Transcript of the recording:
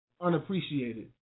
unappreciated